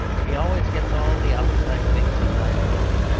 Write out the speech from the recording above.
he always gets all the outside things of life wrong,